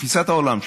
בתפיסת העולם שלי.